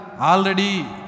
already